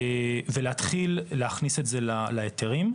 ולהתחיל להכניס את זה להיתרים,